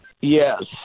Yes